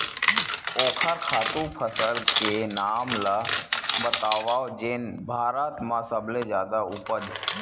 ओखर खातु फसल के नाम ला बतावव जेन भारत मा सबले जादा उपज?